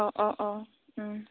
अ' अ' अ'